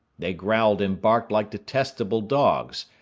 they growled and barked like detestable dogs,